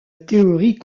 théorie